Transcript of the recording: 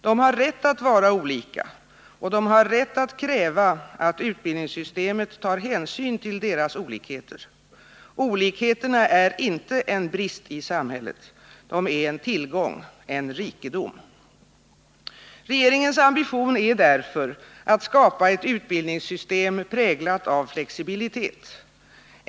De har rätt att vara olika, och de har rätt att kräva att utbildningssystemet tar hänsyn till deras olikheter. Olikheterna är inte en brist i samhället, de är en tillgång, en rikedom. Regeringens ambition är därför att skapa ett utbildningssystem präglat av flexibilitet.